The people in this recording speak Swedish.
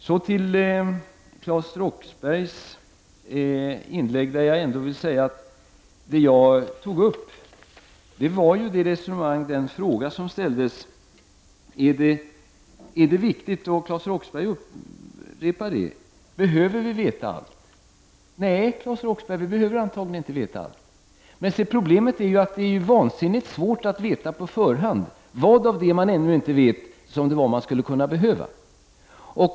Angående Claes Roxberghs inlägg vill jag säga att jag tog upp den fråga som ställdes. Är det viktigt att vi behöver veta allt? Nej, Claes Roxbergh, det behöver vi antagligen inte. Problemet är ju att det är vansinnigt svårt att på förhand veta vad av det som man ännu inte vet, som man skulle kunna behöva veta.